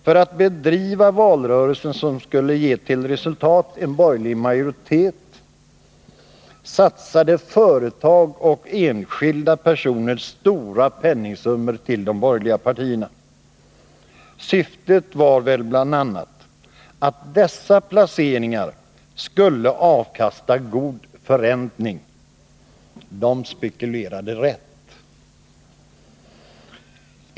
För att bedriva valrörelsen, som skulle ge till resultat en borgerlig majoritet, satsade företag och enskilda personer stora penningsummor till de borgerliga partierna. Syftet var väl bl.a. att dessa placeringar skulle avkasta god förräntning. De spekulerade rätt.